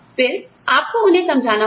फिर आपको उन्हें समझाना होगा